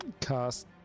cast